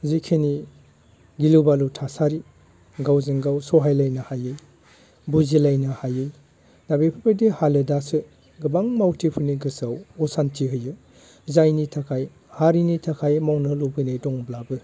जिखिनि गिलु बालु थासारि गावजों गाव सहाय लायनो हायै बुजिलायनो हायै दा बेफोरबायदि हालोदासो गोबां मावथिफोरनि गोसोआव असानथि होयो जायनि थाखाय हारिनि थाखाय मावनो लुबैनाय दंब्लाबो